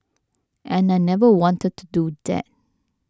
and I never wanted to do that